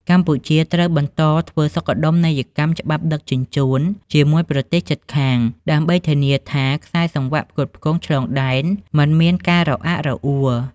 កម្ពុជាត្រូវបន្តធ្វើសុខដុមនីយកម្មច្បាប់ដឹកជញ្ជូនជាមួយប្រទេសជិតខាង ដើម្បីធានាថាខ្សែសង្វាក់ផ្គត់ផ្គង់ឆ្លងដែនមិនមានការរអាក់រអួល។